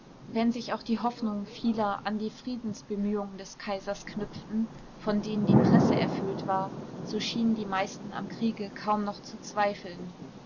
wenn sich auch die hoffnungen vieler an die friedensbemühungen des kaisers knüpften von denen die presse erfüllt war so schienen die meisten am kriege kaum noch zu zweifeln